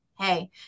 Hey